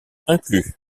inclus